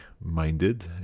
minded